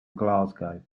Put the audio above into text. glasgow